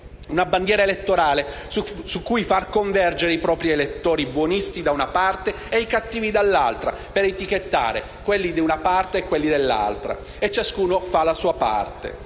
una bandiera elettorale su cui far convergere i propri elettori, i buonisti da una parte e i cattivi dall'altra, per etichettare quelli di una parte e quelli dell'altra, e ciascuno fa la sua parte.